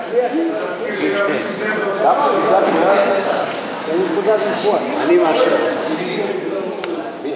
להעביר את הצעת חוק לתיקון פקודת מס הכנסה (מס' 198),